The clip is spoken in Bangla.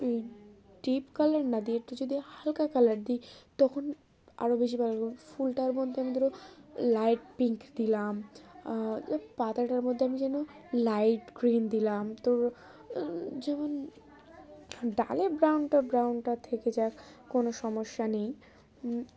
ও টিপ কালার না দিই একটু যদি হালকা কালার দিই তখন আরও বেশি ভালোলাগ ফুলটার মধ্যে আমি ধরো লাইট পিঙ্ক দিলাম পাতাটার মধ্যে আমি যেন লাইট গ্রিন দিলাম তোর যেমন ডালে ব্রাউনটা ব্রাউনটা থেকে যাক কোনো সমস্যা নেই